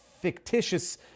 fictitious